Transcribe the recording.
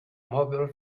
mobile